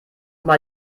mal